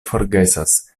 forgesas